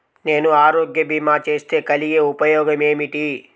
నేను ఆరోగ్య భీమా చేస్తే కలిగే ఉపయోగమేమిటీ?